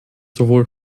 sowohl